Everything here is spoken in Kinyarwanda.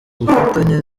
bufatanye